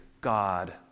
God